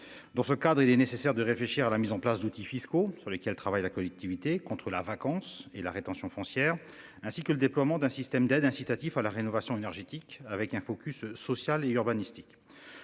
Dans ce cadre il est nécessaire de réfléchir à la mise en place d'outils fiscaux sur lesquelles travaille la collectivité contre la vacance et la rétention foncière ainsi que le déploiement d'un système d'aide incitatif à la rénovation argentique avec un focus social et urbanistique.